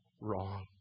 wrong